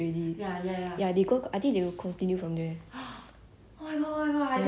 ya ya and then I think she spent the next like like a few years right trying to